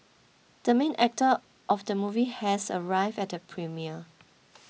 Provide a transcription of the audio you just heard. the main actor of the movie has arrived at the premiere